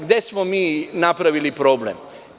Gde smo mi napravili problem?